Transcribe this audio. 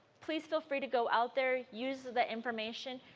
please feel free to go out there, use that information.